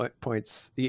points